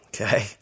Okay